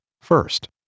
first